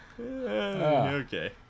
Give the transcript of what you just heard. okay